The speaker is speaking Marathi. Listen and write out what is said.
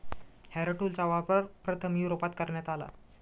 हॅरो टूलचा वापर प्रथम युरोपात करण्यात आला